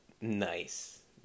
nice